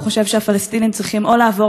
הוא חושב שהפלסטינים צריכים או לעבור